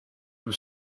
from